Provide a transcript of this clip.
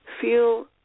feel